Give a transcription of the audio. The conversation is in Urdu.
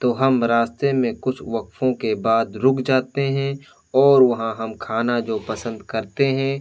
تو ہم راستے میں کچھ وقفوں کے بعد رک جاتے ہیں اور وہاں ہم کھانا جو پسند کرتے ہیں